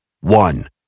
One